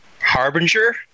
Harbinger